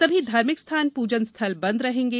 सभी धार्मिक स्थान पूजन स्थल बंद रहेंगे